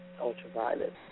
ultraviolet